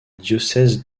diocèse